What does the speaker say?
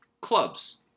clubs